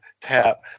tap